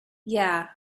yea